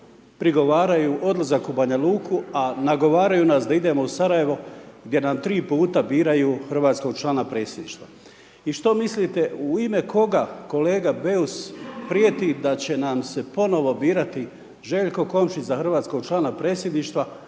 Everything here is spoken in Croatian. prigovaraju odlazak u Banja Luku, a nagovaraju nas da idemo u Sarajevo gdje nam tri puta biraju hrvatskog člana predsjedništva. I što mislite u ime koga kolega Beus prijeti da će nam se ponovo birati Željko Komšić za hrvatskog člana predsjedništva